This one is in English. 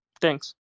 Thanks